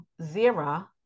Zira